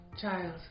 Child